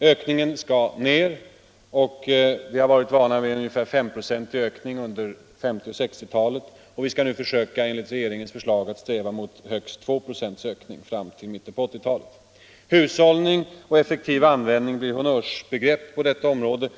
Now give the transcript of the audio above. Ökningen skall ned. Vi har varit vana vid en ungefär femprocentig ökning under 1950 och 1960-talen, och vi skall nu enligt regeringens förslag sträva mot högst 2 96 ökning fram till mitten av 1980-talet. Hushållning och effektiv användning blir honnörsbegrepp på detta område.